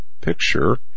picture